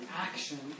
action